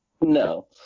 No